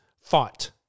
Fight